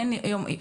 אין יום עיון.